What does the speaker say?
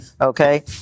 Okay